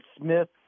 Smith